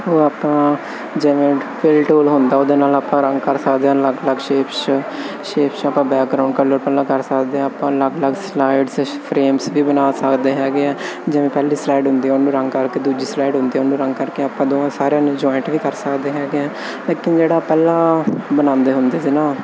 ਉਹ ਆਪਾਂ ਜਿਵੇਂ ਫਿਲਟੋਲ ਹੁੰਦਾ ਉਹਦੇ ਨਾਲ ਆਪਾਂ ਰੰਗ ਕਰ ਸਕਦੇ ਆ ਅਲੱਗ ਅਲੱਗ ਸ਼ੇਪਸ ਸ਼ੇਪਸ ਆਪਾਂ ਬੈਕਗਰਾਊਂਡ ਕਲਰ ਪਹਿਲਾਂ ਕਰ ਸਕਦੇ ਆ ਆਪਾਂ ਅਲੱਗ ਅਲੱਗ ਸਲਾਈਡ ਫਰੇਮਸ ਵੀ ਬਣਾ ਸਕਦੇ ਹੈਗੇ ਆ ਜਿਵੇਂ ਪਹਿਲੀ ਸਲਾਈਡ ਹੁੰਦੀ ਉਹਨੂੰ ਰੰਗ ਕਰਕੇ ਦੂਜੀ ਸਾਈਡ ਹੁੰਦੀ ਉਹਨੂੰ ਰੰਗ ਕਰਕੇ ਆਪਾਂ ਦੋਵਾਂ ਸਾਰਿਆਂ ਨੂੰ ਜੁਇੰਟ ਵੀ ਕਰ ਸਕਦੇ ਹੈਗੇ ਆ ਐਕਟਿੰਗ ਜਿਹੜਾ ਪਹਿਲਾਂ ਬਣਾਉਂਦੇ ਹੁੰਦੇ